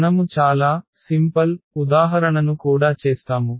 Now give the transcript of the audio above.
మనము చాలా సరళమైన ఉదాహరణను కూడా చేస్తాము